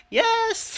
yes